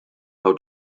how